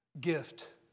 gift